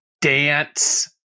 dance